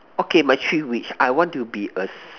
okay my three wish I want to be a s~